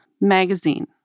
magazine